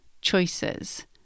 choices